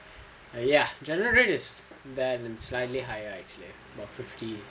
err ya general rate is slightly higher actually about fifty